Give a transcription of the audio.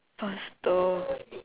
faster